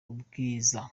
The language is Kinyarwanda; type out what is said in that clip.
ubwiza